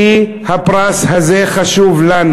כי הפרס הזה חשוב לנו.